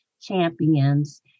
champions